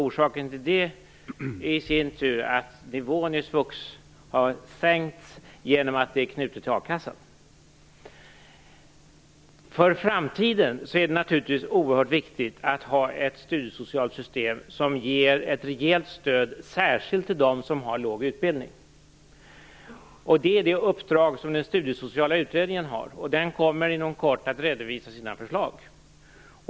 Orsaken till det är i sin tur att nivån i svux har sänkts genom att det är knutet till a-kassan. Inför framtiden är det naturligtvis oerhört viktigt att ha ett studiesocialt system som ger ett rejält stöd, särskilt till dem som har låg utbildning. Det är det uppdrag som den studiesociala utredningen har, vilken inom kort kommer att redovisa sina förslag.